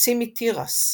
יוצאים מתירס.